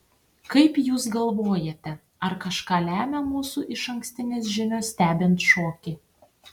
kaip jūs galvojate ar kažką lemia mūsų išankstinės žinios stebint šokį